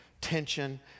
tension